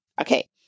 Okay